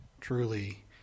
truly